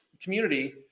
community